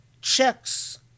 checks